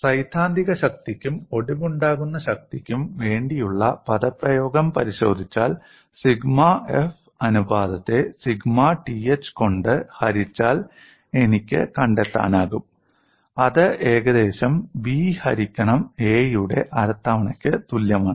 സൈദ്ധാന്തിക ശക്തിക്കും ഒടിവുണ്ടാക്കുന്ന ശക്തിക്കും വേണ്ടിയുള്ള പദപ്രയോഗം പരിശോധിച്ചാൽ സിഗ്മ f അനുപാതത്തെ സിഗ്മ th കൊണ്ട് ഹരിച്ചാൽ എനിക്ക് കണ്ടെത്താനാകും അത് ഏകദേശം "'b' ഹരിക്കണം 'a'" യുടെ അര തവണക്ക് തുല്യമാണ്